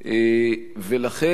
ולכן,